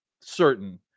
certain